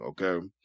okay